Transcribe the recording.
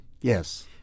Yes